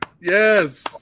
Yes